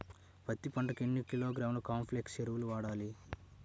పత్తి పంటకు ఎన్ని కిలోగ్రాముల కాంప్లెక్స్ ఎరువులు వాడాలి?